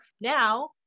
now